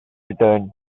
returned